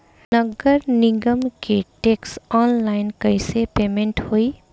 नगर निगम के टैक्स ऑनलाइन कईसे पेमेंट होई?